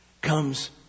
Comes